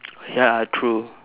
ya true